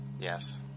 Yes